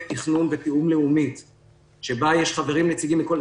תכנון ותיאום לאומית שבה חברים נציגים מכל המגזרים.